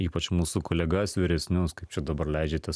ypač mūsų kolegas vyresnius kaip čia dabar leidžiate